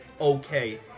okay